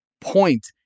point